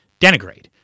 denigrate